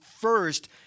first